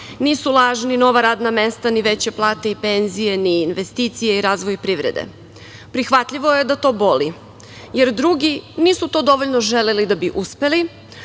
Nisu laž ni nova radna mesta, ni veće plate i penzije, ni investicije i razvoj privrede. Prihvatljivo je da to boli, jer drugi nisu to dovoljno želeli da bi uspeli,